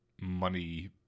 money